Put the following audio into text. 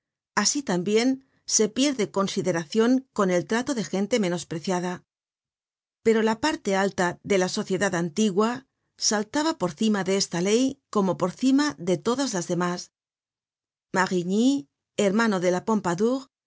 asi tambien se pierde consideracion con el trato de gente menospreciada pero la parte alta de la sociedad antigua saltaba por cima de esta ley como por cima de todas las demás marigny hermano de la